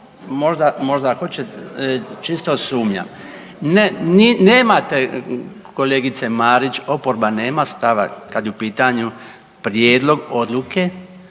možda hoće, čisto sumnjam. Ne, nemate kolegice Marić, oporba nema stava kad je u pitanju prijedlog odluke